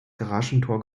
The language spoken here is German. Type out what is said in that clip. garagentor